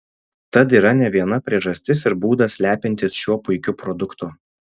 tad yra ne viena priežastis ir būdas lepintis šiuo puikiu produktu